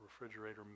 refrigerator